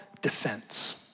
defense